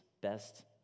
best